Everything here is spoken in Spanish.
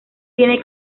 tiene